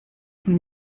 von